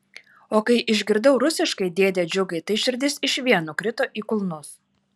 o kai išgirdau rusiškai dėde džiugai tai širdis išvien nukrito į kulnus